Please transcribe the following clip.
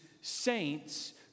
saints